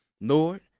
Lord